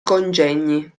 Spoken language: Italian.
congegni